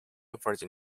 version